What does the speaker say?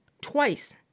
twice